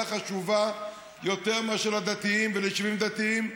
חשובה יותר מאשר לדתיים וליישובים דתיים.